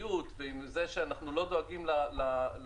ריכוזיות ועם זה שאנחנו לא דואגים לרפתנים,